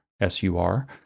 S-U-R